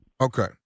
Okay